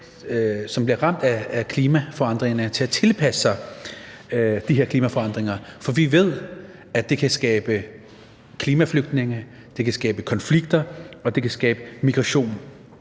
som bliver ramt af klimaforandringerne, til at tilpasse de her klimaforandringer, for vi ved, at det kan skabe klimaflygtninge, det kan skabe konflikter, og det kan skabe migration.